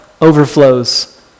overflows